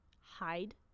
hide